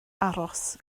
aros